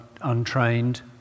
untrained